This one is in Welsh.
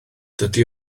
dydy